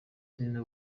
selena